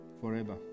forever